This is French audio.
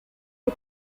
est